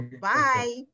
bye